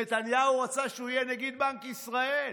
נתניהו רצה שהוא יהיה נגיד בנק ישראל.